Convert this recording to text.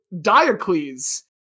Diocles